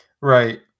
Right